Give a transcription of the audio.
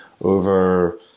over